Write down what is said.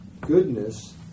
goodness